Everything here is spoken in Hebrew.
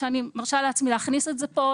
אני מרשה לעצמי להכניס את זה פה,